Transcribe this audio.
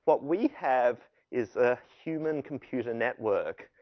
but we have is a human computer network.